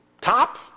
top